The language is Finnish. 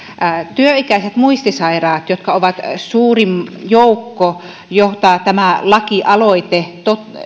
työikäiset muistisairaat jotka ovat suurin joukko jota tämä lakialoite